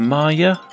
Maya